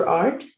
art